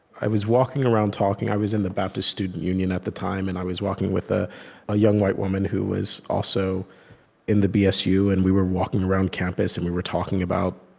i was walking around, talking i was in the baptist student union at the time, and i was walking with a young white woman who was also in the bsu, and we were walking around campus, and we were talking about,